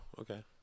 Okay